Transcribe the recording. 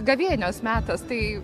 gavėnios metas tai